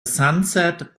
sunset